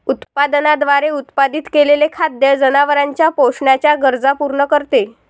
उत्पादनाद्वारे उत्पादित केलेले खाद्य जनावरांच्या पोषणाच्या गरजा पूर्ण करते